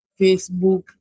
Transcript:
Facebook